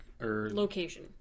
Location